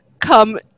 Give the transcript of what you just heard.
come